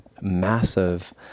massive